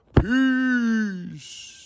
Peace